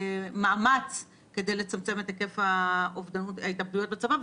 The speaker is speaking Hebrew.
ומאמץ כדי לצמצם את היקף ההתאבדויות בצבא.